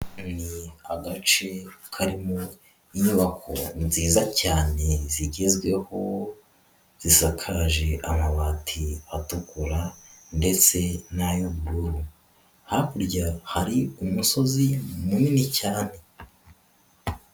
Ni agace karirimo inyubako nziza cyane zigezweho, zisakaje amabati atukura ndetse na ay'ubururu, hakurya hari umusozi munini cyane.